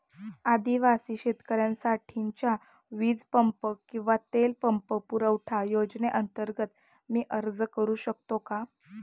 आदिवासी शेतकऱ्यांसाठीच्या वीज पंप किंवा तेल पंप पुरवठा योजनेअंतर्गत मी अर्ज करू शकतो का?